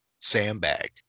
sandbag